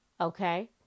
Okay